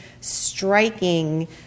striking